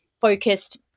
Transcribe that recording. focused